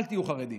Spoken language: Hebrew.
אל תהיו חרדים.